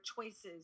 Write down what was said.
choices